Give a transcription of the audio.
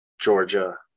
Georgia